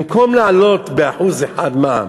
במקום להעלות ב1% את המע"מ,